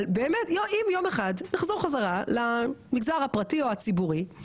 אבל באמת אם יום אחד נחזור חזרה למגזר הפרטי או הציבורי,